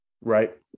Right